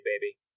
baby